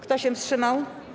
Kto się wstrzymał?